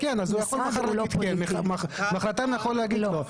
אז הוא יכול מחר להגיד כן ומוחרתיים הוא יכול להגיד לא.